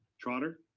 trotter